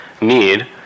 need